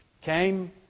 came